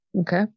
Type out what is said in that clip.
Okay